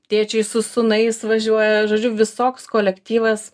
tėčiai su sūnais važiuoja žodžiu visoks kolektyvas